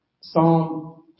Psalm